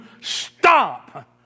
stop